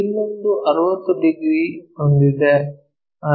ಇನ್ನೊಂದು 60 ಡಿಗ್ರಿ ಹೊಂದಿದೆ